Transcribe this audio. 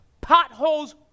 Potholes